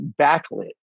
backlit